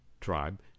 tribe